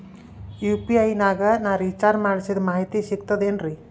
UPI ನಾಗ ನಾ recharge ಮಾಡಿಸಿದ ಮಾಹಿತಿ ಸಿಕ್ತದೆ ಏನ್ರಿ?